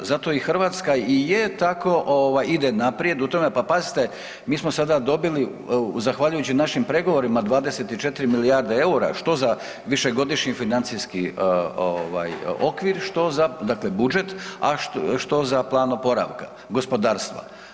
Zato i Hrvatska i je tako, ide naprijed u tome, pa pazite, mi smo sada dobili zahvaljujući našim pregovorima 24 milijarde eura, što za višegodišnji financijski okvir, što za, dakle budžet, a što za plan oporavka gospodarstva.